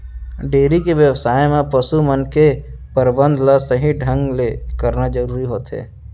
dairy के बेवसाय म पसु मन के परबंध ल सही ढंग ले करना जरूरी होथे